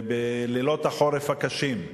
ובלילות החורף הקשים,